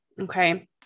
Okay